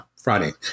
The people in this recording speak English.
Friday